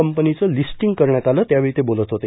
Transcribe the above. कंपनीचं लिस्टींग करण्यात आलं त्यावेळी ते बोलत होते